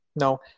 no